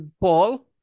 Paul